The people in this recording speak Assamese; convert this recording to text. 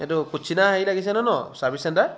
এইটো কুছিনা হেৰি লাগিছে নহয় ন চাৰ্ভিছ চেণ্টাৰ